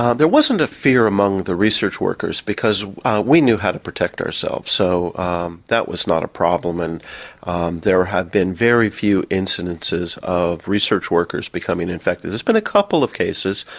ah there wasn't a fear among the research workers, because we knew how to protect ourselves, so um that was not a problem. and there had been very few incidences of research workers becoming infected there's been a couple of cases,